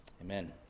Amen